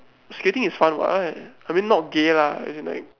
skating is fun what I mean not gay lah as in like